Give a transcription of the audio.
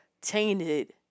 tainted